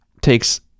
takes